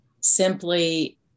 simply